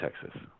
Texas